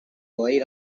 laid